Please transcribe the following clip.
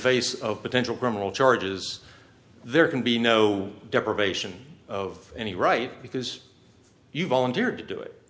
face of potential criminal charges there can be no deprivation of any right because you volunteered to do it